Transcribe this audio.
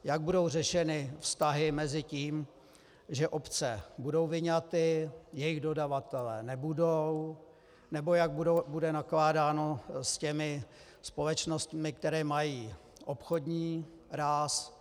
Jak budou řešeny vztahy mezi tím, že obce budou vyňaty, jejich dodavatelé nebudou, nebo jak bude nakládáno s těmi společnostmi, které mají obchodní ráz?